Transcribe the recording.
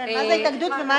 אתה